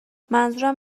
منظورم